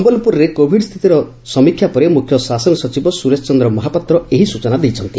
ସମ୍ୟଲପୁରରେ Covid ସ୍ଥିତିର ସମୀକ୍ଷା ପରେ ମୁଖ୍ୟ ଶାସନ ସଚିବ ସୁରେଶ ଚନ୍ଦ୍ର ମହାପାତ୍ର ଏହି ସ୍ଟଚନା ଦେଇଛନ୍ତି